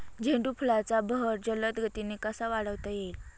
झेंडू फुलांचा बहर जलद गतीने कसा वाढवता येईल?